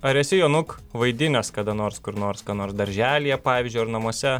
ar esi jonuk vaidinęs kada nors kur nors ką nors darželyje pavyzdžiui ar namuose